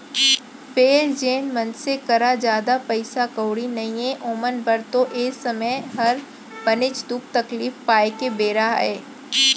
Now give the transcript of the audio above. फेर जेन मनसे करा जादा पइसा कउड़ी नइये ओमन बर तो ए समे हर बनेच दुख तकलीफ पाए के बेरा अय